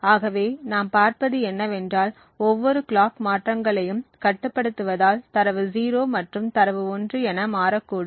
ஆகவே நாம் பார்ப்பது என்னவென்றால் ஒவ்வொரு கிளாக் மாற்றங்களையும் கட்டுப்படுத்துவதால் தரவு 0 மற்றும் தரவு 1 என மாறக்கூடும்